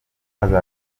azatuma